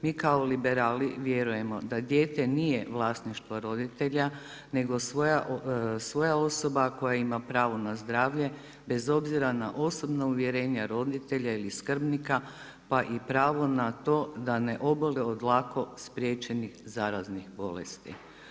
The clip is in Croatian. Mi kao liberali vjerujemo da dijete nije vlasništvo roditelja, nego svoja osoba koja ima pravo na zdravlje bez obzira na osobna uvjerenja roditelja ili skrbnika, pa i pravo na to da ne oboli od lako spriječenih zaraznih bolesti.